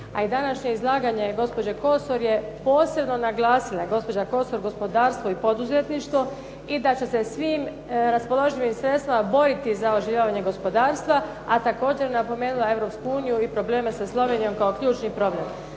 A i današnje izlaganje gospođe Kosor je posebno naglasila, gospođa Kosor gospodarstvo i poduzetništvo i da će svim raspoloživim sredstvima boriti za oživljavanje gospodarstva, a također je napomenula Europsku uniju i probleme sa Slovenijom kao ključni problem.